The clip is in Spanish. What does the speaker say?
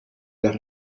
las